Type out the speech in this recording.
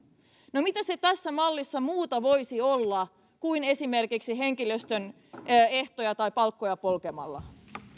no mitä se tässä mallissa muuta voisi olla kuin esimerkiksi henkilöstön ehtoja tai palkkoja polkemalla